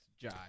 Jai